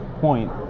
point